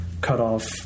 cut-off